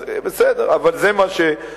אז בסדר, אבל זה מה שעושים.